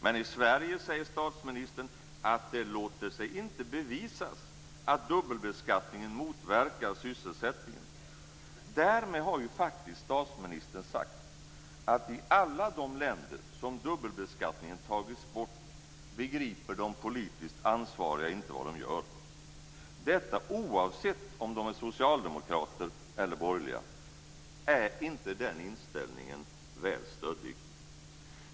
Men i Sverige säger statsministern att det låter sig inte bevisas att dubbelbeskattningen motverkar sysselsättningen. Därmed har ju faktiskt statsministern sagt att i alla de länder som dubbelbeskattningen tagits bort begriper de politiskt ansvariga inte vad de gör - detta oavsett om de är socialdemokrater eller borgerliga. Är inte den inställningen väl stöddig?